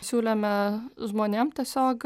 siūlėme žmonėm tiesiog